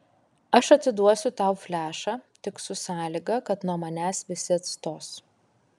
aš atiduosiu tau flešą tik su sąlyga kad nuo manęs visi atstos